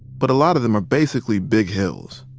but a lot of them are basically big hills,